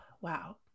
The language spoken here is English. wow